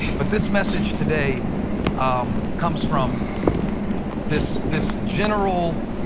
but this message today um comes from this this general